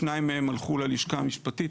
שניים מהם הלכו ללשכה המשפטית,